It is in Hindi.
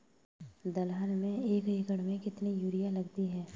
दलहन में एक एकण में कितनी यूरिया लगती है?